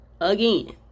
Again